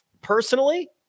Personally